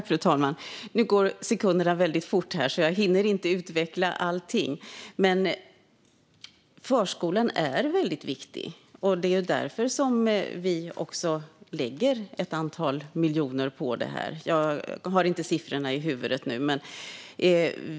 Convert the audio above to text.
Fru talman! Nu går sekunderna väldigt fort, så jag hinner inte utveckla allting. Förskolan är väldigt viktig. Det är därför vi lägger ett antal miljoner på detta - jag har inte siffrorna i huvudet.